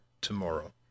tomorrow